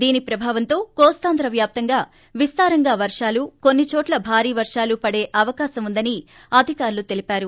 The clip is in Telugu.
దీని ప్రభావంతో కోస్తాంధ్ర వ్యాప్తంగా విస్తారంగా వర్షాలు కొన్నిచోట్ల భారీ వర్షాలు పడే అవకాశం ఉందని అధికారులు తెలిపారు